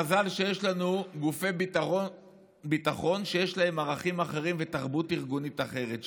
מזל שיש לנו גופי ביטחון שיש להם ערכים אחרים ותרבות ארגונית אחרת,